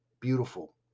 beautiful